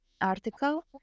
article